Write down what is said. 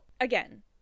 again